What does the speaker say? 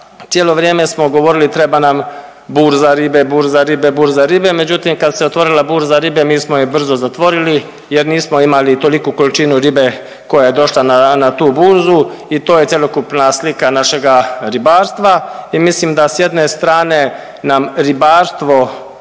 cijelo vrijeme smo govorili treba nam burza ribe, burza ribe, burza ribe. Međutim kad se otvorila burza ribe mi smo je brzo zatvorili jer nismo imali toliku količinu ribe koja je došla na tu burzu i to je cjelokupna slika našega ribarstva. I mislim da s jedne strane nam ribarstvo